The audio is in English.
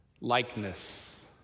likeness